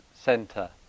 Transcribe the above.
Center